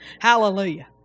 Hallelujah